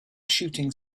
shooting